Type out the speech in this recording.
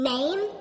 Name